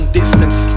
distance